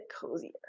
cozier